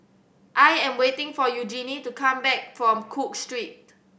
I am waiting for Eugenie to come back from Cook Street